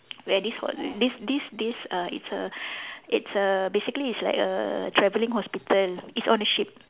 where this ho~ this this this uh it's a it's a basically it's like a travelling hospital it's on a ship